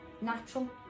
natural